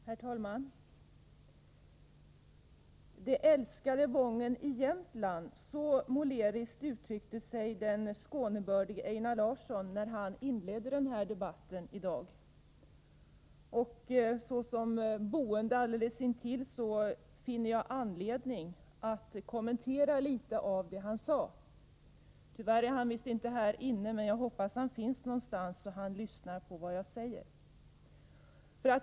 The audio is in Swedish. Herr talman! ”Det älskade Wången i Jämtland ”— så måleriskt uttryckte sig den Skånebördige Einar Larsson när han inledde debatten i kväll. Såsom boende alldeles intill, finner jag anledning att kommentera en del av det han sade. Tyvärr är han visst inte här inne, men jag hoppas att han lyssnar någon annanstans på vad jag säger.